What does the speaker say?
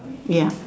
ya